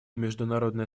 международные